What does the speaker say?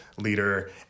leader